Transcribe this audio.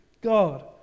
God